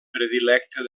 predilecte